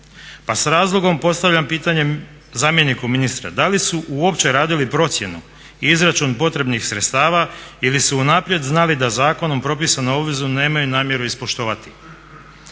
pa s razlogom postavljam pitanje zamjeniku ministra. Da li su uopće radili procjenu i izračun potrebnih sredstava ili su unaprijed znali da zakonom propisanu obvezu nemaju namjeru ispoštovati.